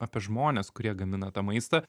apie žmones kurie gamina tą maistą